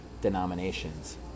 denominations